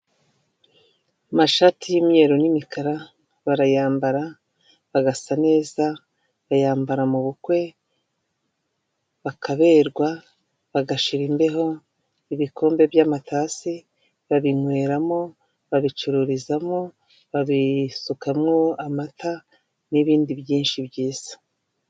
Amashati y'imyeru n'imikara barayambara bagasa neza, bayambara mu bukwe bakaberwa, bagashira imbeho. Ibikombe by'amatasi babinyweramo, babicururizamo, babisukamwo amata n'ibindi byinshi byiza.